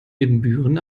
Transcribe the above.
ibbenbüren